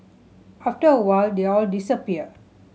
after a while they'll disappear